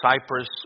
Cyprus